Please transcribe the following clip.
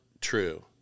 true